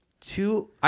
two